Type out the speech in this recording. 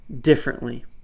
differently